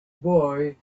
boy